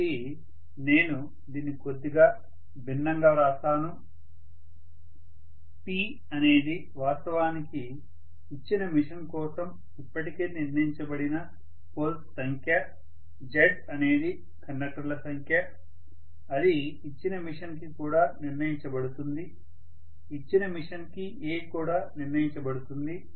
కాబట్టి నేను దీన్ని కొద్దిగా భిన్నంగా వ్రాస్తాను P అనేది వాస్తవానికి ఇచ్చిన మెషీన్ కోసం ఇప్పటికే నిర్ణయించబడిన పోల్స్ సంఖ్య Z అనేది కండక్టర్ల సంఖ్య ఇది ఇచ్చిన మెషిన్ కి కూడా నిర్ణయించబడుతుంది ఇచ్చిన మెషిన్ కి a కూడా నిర్ణయించబడుతుంది